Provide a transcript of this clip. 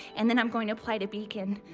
and then i'm going to apply to beacon!